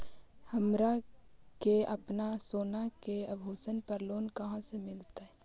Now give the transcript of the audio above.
हमरा के अपना सोना के आभूषण पर लोन कहाँ से मिलत?